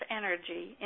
energy